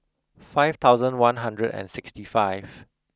five thousand one hundred and sixty five